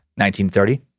1930